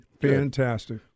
Fantastic